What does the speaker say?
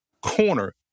corner